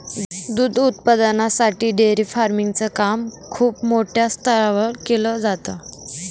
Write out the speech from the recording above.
दूध उत्पादनासाठी dairy farming च काम खूप मोठ्या स्तरावर केल जात